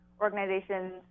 organizations